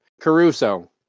Caruso